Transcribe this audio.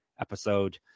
episode